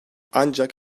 ancak